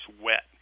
wet